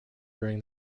during